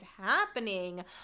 happening